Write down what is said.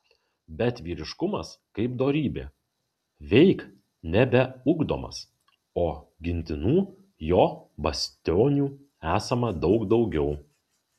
bet vyriškumas kaip dorybė veik nebeugdomas o gintinų jo bastionų esama daug daugiau